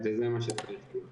ענבל,